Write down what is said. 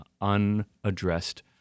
unaddressed